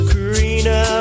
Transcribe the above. Karina